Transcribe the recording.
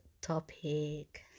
topic